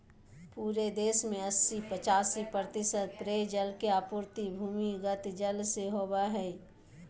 पूरे देश में अस्सी पचासी प्रतिशत पेयजल के आपूर्ति भूमिगत जल से होबय हइ